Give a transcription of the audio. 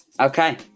Okay